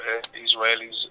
Israelis